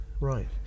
right